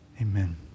Amen